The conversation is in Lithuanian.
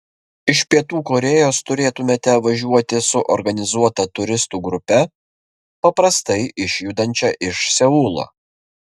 iš pietų korėjos turėtumėte važiuoti su organizuota turistų grupe paprastai išjudančia iš seulo